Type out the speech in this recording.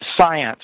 science